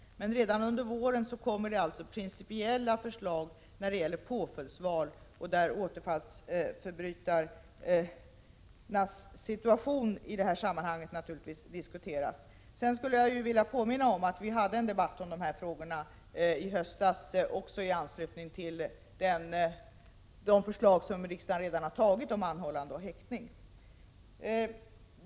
Men redan under våren kommer alltså principiella förslag när det gäller påföljdsval, och där diskuteras naturligtvis återfallsförbrytarnas situation. Sedan vill jag påminna om att vi hade en debatt om dessa frågor i höstas i anslutning till de förslag som riksdagen redan har antagit om anhållande och häktning.